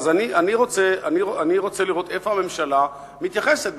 אני רוצה לראות איפה הממשלה מתייחסת,